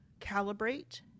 calibrate